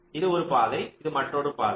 இது ஒரு பாதை இது மற்றொரு பாதை